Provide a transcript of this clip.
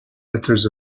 letters